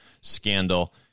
scandal